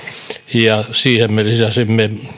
ja siihen me lisäsimme